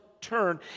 turn